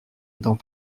dans